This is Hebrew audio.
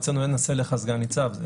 אצלנו אין עשה לך סגן ניצב.